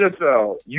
NFL